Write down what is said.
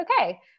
okay